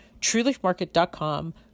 trueleafmarket.com